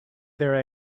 there